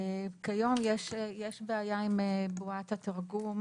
כיום יש בעיה עם בועת התרגום